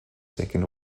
second